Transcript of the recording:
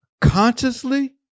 consciously